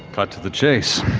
cut to the chase.